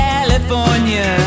California